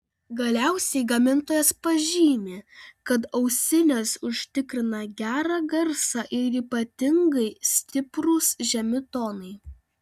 galiausiai gamintojas pažymi kad ausinės užtikrina gerą garsą ir ypatingai stiprūs žemi tonai